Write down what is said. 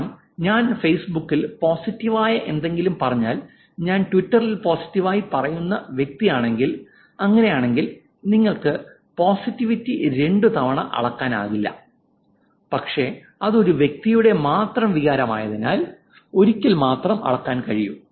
കാരണം ഞാൻ ഫെയ്സ്ബുക്കിൽ പോസിറ്റീവായ എന്തെങ്കിലും പറഞ്ഞാൽ ഞാനും ട്വിറ്ററിൽ പോസിറ്റീവായി പറയുന്ന വ്യക്തി ആണെങ്കിൽ അങ്ങനെയല്ലെങ്കിൽ നിങ്ങൾക്ക് പോസിറ്റിവിറ്റി രണ്ടുതവണ അളക്കാനാകില്ല പക്ഷേ അത് ഒരു വ്യക്തിയുടെ മാത്രം വികാരമായതിനാൽ ഒരിക്കൽ മാത്രം അളക്കാൻ കഴിയു